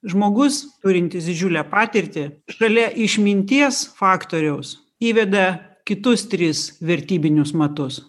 žmogus turintis didžiulę patirtį šalia išminties faktoriaus įveda kitus tris vertybinius matus